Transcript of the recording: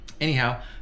Anyhow